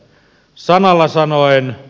sanalla sanoen